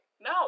No